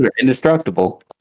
indestructible